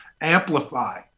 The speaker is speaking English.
amplify